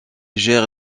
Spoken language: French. gère